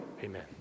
amen